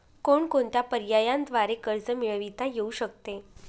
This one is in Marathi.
कोणकोणत्या पर्यायांद्वारे कर्ज मिळविता येऊ शकते?